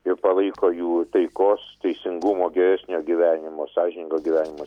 ir palaiko jų taikos teisingumo geresnio gyvenimo sąžiningo gyvenimo